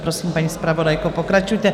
Prosím, paní zpravodajko, pokračujte.